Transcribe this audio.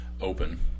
open